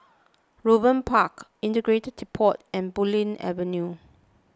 Raeburn Park Integrated Depot and Bulim Avenue